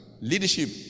Leadership